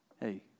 hey